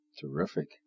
Terrific